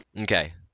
okay